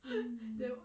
mm